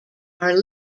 are